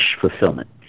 fulfillment